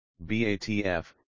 BATF